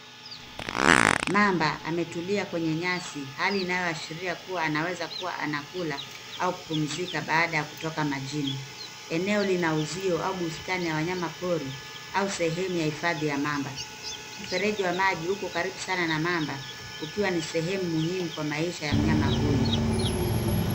Mamba ametulia kwenye nyasi hali inayoashiria kuwa anaweza kuwa anakula au pumzika baada ya kutoka majini. Eneo lina uzio au bustani ya wanyama pori au sehemu ya hifadhi ya mamba. Mfereji wa maji uko karibu sana na mamba ukiwa ni sehemu muhimu kwa maisha ya mnyama huyu.